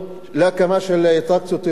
להקמה של אטרקציות תיירותיות,